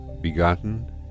begotten